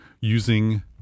using